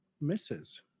misses